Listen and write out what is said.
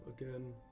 again